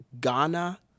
Ghana